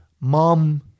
mom